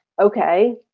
okay